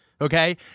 okay